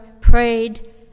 prayed